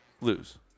Lose